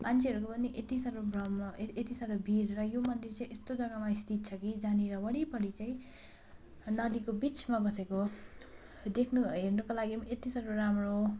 मान्छेहरूको पनि यति साह्रो भ्रम र यति साह्रो भिड र यो मन्दिर चाहिँ यस्तो जगामा अवस्थित छ कि जहाँनिर वरिपरि चाहिँ नदीको बिचमा बसेको देख्नु हेर्नुको लागि यति साह्रो राम्रो